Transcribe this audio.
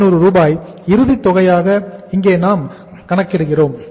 67500 ரூபாய் இறுதி தொகையாக இங்கே நாம் கணக்கிடுகிறோம்